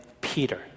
Peter